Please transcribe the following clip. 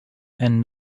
and